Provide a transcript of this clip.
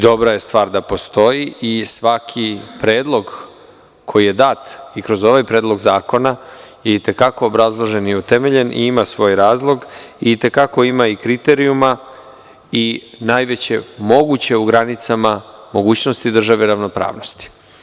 Dobra je stvar da postoji i svaki predlog koji je dat i kroz ovaj predlog zakona itekako obrazložen i utemeljen i ima svoj razlog, itekako ima i kriterijuma i najveće moguće u granicama mogućnosti državne ravnopravnosti.